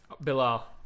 Bilal